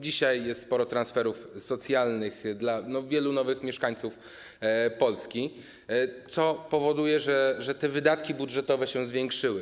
Dzisiaj jest sporo transferów socjalnych dla wielu nowych mieszkańców Polski, co powoduje, że te wydatki budżetowe się zwiększyły.